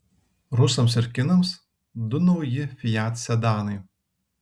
rusams ir kinams du nauji fiat sedanai